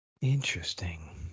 Interesting